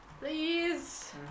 please